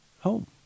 home